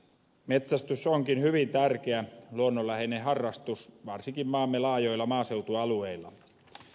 metsästys onkin hyvin tärkeä luonnonläheinen harrastus varsinkin maamme laajoilla maaseutualueilla